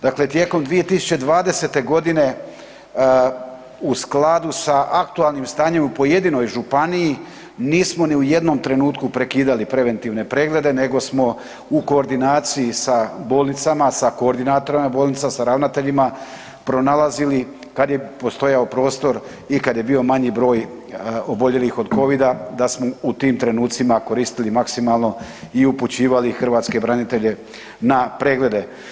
Dakle, tijekom 2020. godine u skladu sa aktualnim stanjem u pojedinoj županiji nismo ni u jednom trenutku prekidali preventivne preglede nego smo u koordinaciji sa bolnicama sa koordinatorima bolnica, sa ravnateljima pronalazili kad je postojao prostor i kad je bio manji broj oboljelih od Covida da smo u tim trenucima koristiti maksimalno i upućivali hrvatske branitelje na preglede.